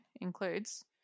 includes